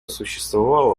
существовало